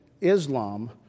Islam